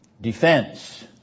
defense